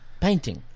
Painting